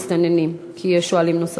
השאלה שלך בעניין המסתננים, כי יש שואלים נוספים.